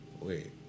Wait